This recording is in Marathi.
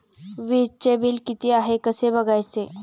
वीजचे बिल किती आहे कसे बघायचे?